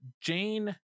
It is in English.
Jane